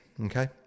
Okay